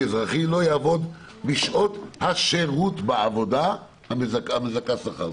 אזרחי לא יעבוד בשעות השירות בעבודה המזכה שכר.